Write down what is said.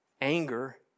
anger